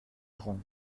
grands